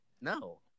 No